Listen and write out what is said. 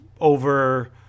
over